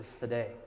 today